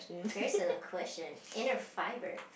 personal question inner fibre